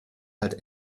halt